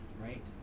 right